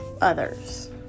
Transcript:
others